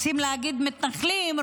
רוצים להגיד מתנחלים?